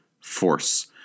force